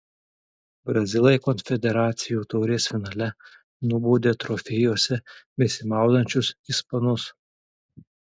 brazilai konfederacijų taurės finale nubaudė trofėjuose besimaudančius ispanus